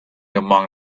among